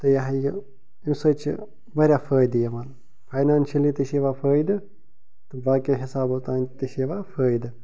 تہٕ یہِ ہاے یہِ امہِ سۭتۍ چھِ وارِیاہ فٲیدٕ یِوان فاینانشلی تہِ چھُ یِوان فٲیدٕ تہٕ باقیو حِسابو تانۍ تہِ چھُ یِوان فٲیدٕ